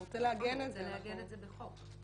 הוא רוצה לעגן את זה בחוק.